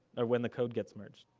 or when the code gets merged,